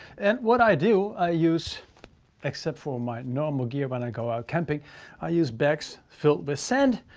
and what i do i use except for my normal gear when i go out camping i use bags filled with sand,